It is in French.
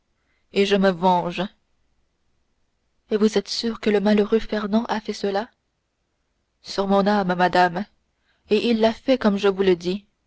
et je me venge et vous êtes sûr que le malheureux fernand a fait cela sur mon âme madame et il l'a fait comme je vous le dis